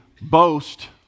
boast